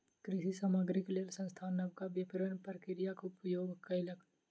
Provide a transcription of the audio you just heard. कृषि सामग्रीक लेल संस्थान नबका विपरण प्रक्रियाक उपयोग कयलक